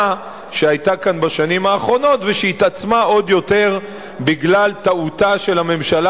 שהיתה כאן בשנים האחרונות והתעצמה עוד יותר בגלל טעותה של הממשלה